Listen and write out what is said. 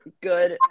good